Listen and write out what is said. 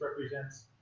represents